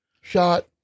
shot